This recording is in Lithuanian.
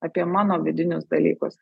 apie mano vidinius dalykus